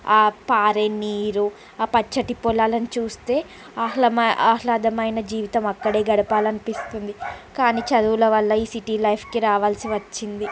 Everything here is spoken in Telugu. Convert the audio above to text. ఆ పారే నీరు ఆ పచ్చటి పొలాలను చూస్తే ఆహ్లామే ఆహ్లాదమైన జీవితం అక్కడే గడపాలనిపిస్తుంది కానీ చదువుల వల్ల ఈ సిటీ లైఫ్కి రావాల్సి వచ్చింది